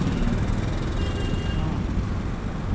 China France